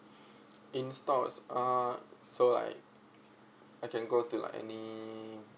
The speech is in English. in stores uh so like I can go to like any